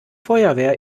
feuerwehr